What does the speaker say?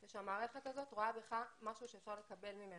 והמערכת הזו רואה בך משהו שאפשר לקבל ממנו.